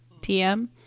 TM